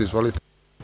Izvolite.